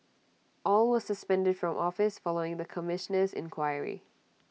all were suspended from office following the Commissioner's inquiry